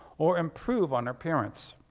or improve on her appearance.